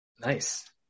Nice